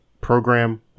program